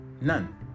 none